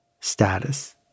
status